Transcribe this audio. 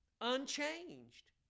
unchanged